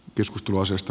keskustelu asiasta